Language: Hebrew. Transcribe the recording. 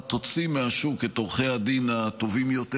תוציא מהשוק את עורכי הדין הטובים יותר.